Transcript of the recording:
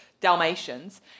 Dalmatians